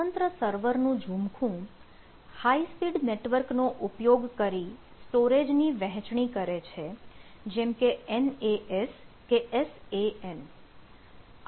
સ્વતંત્ર સર્વરનું ઝૂમખું હાઇ સ્પીડ નેટવર્કનો ઉપયોગ કરી સ્ટોરેજ ની વહેંચણી કરે છે જેમકે NAS કે SAN